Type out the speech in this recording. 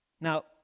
Now